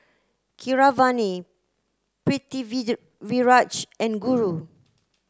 Keeravani and Guru